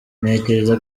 ntekereza